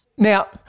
Now